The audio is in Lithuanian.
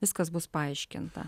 viskas bus paaiškinta